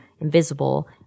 invisible